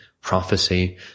prophecy